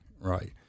Right